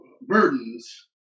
burdens